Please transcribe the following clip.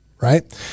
right